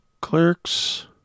Clerks